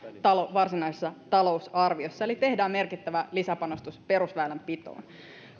varsinaisessa talousarviossa eli tehdään merkittävä lisäpanostus perusväylänpitoon